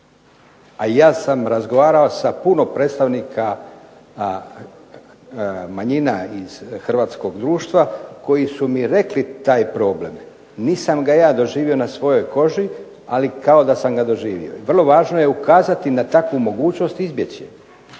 a ja sam razgovarao sa puno predstavnika manjina iz Hrvatskog društva koji su mi rekli taj problem, nisam ga ja doživio na svojoj koži ali kao da sam ga doživio. Ali vrlo je važno ukazati na takvu mogućnost i izbjeći je,